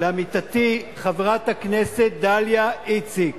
לעמיתתי חברת הכנסת דליה איציק